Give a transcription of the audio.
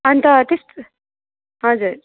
अनि त त्यस्तो हजुर